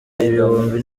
ibihumbi